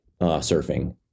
surfing